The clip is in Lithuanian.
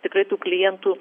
tikrai tų klientų